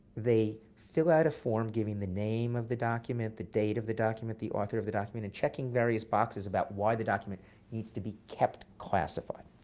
they fill out a form giving the name of the document, the date of the document, the author of the document, and checking various boxes about why the document needs to be kept classified.